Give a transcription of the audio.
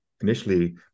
initially